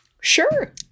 sure